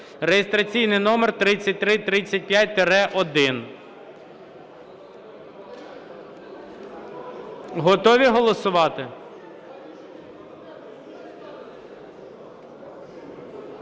(реєстраційний номер 3335-1). Готові голосувати?